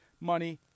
money